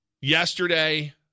yesterday